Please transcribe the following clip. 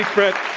bret.